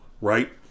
Right